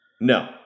No